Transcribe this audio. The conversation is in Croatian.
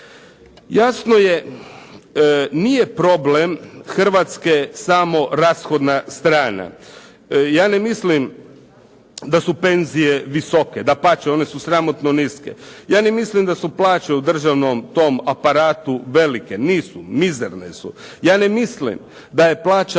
Jasno je, nije problem Hrvatske samo rashodna strana. Ja ne mislim da su penzije visoke. Dapače, one su sramotno niske. Ja ne mislim da su plaće u državnom tom aparatu velike. Nisu. Mizerne su. Ja ne mislim da je plaća